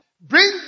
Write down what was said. Bring